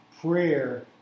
prayer